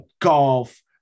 golf